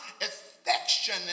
affection